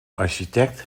architect